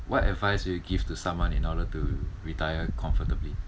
what advice will you give to someone in order to retire comfortably